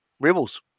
Rebels